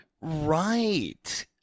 Right